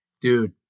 dude